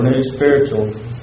spiritual